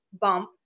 bump